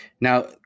Now